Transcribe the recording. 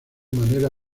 manera